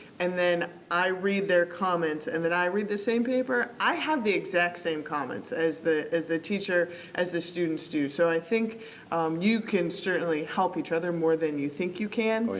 and then, i read their comments and then i read the same paper, i have the exact same comments as the as the teacher as the students do. so, i think you can certainly help each other more than you think you can.